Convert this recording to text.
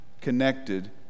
connected